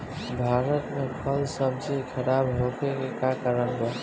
भारत में फल सब्जी खराब होखे के का कारण बा?